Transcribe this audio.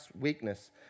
weakness